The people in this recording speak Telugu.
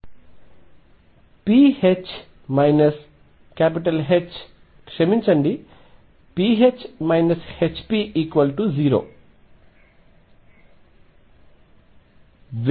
p H మైనస్ H క్షమించండి pH Hp0